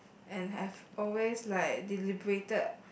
and have always like deliberated